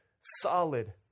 solid